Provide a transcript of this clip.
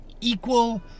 equal